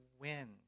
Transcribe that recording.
win